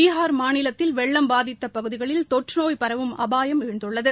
பீகார் மாநிலத்தில் வெள்ளம் பாதித்த பகுதிகளில் தொற்றுநோய் பரவும் அபாயம் எழுந்துள்ளது